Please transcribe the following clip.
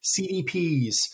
CDPs